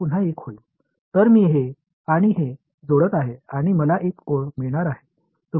இப்போது நான் இங்கு வரும் நேரத்தில் அது மீண்டும் 1 ஆக இருக்கும்